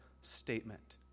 statement